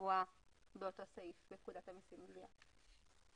שקבוע באותו סעיף בפקודת המסים (גבייה).